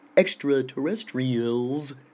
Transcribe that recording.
extraterrestrials